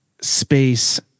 space